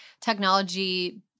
technology